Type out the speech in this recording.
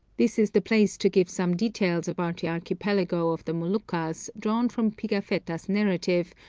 this is the place to give some details about the archipelago of the moluccas, drawn from pigafetta's narrative,